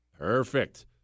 Perfect